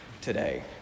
today